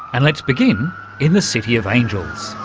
and let's begin in the city of angels.